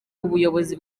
ubuyobozi